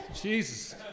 Jesus